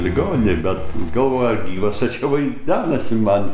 ligoninėj bet galvoju ar gyvas ar čia vai denasi man